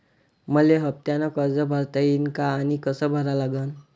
मले हफ्त्यानं कर्ज भरता येईन का आनी कस भरा लागन?